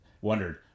wondered